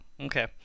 Okay